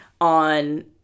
on